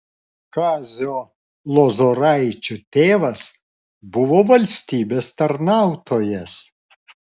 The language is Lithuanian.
kazio lozoraičio tėvas buvo valstybės tarnautojas